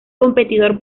competidor